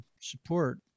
support